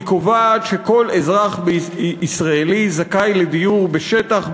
היא קובעת שכל אזרח ישראלי זכאי לדיור בשטח,